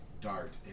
dart